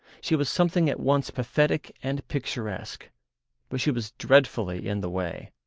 she was something at once pathetic and picturesque but she was dreadfully in the way.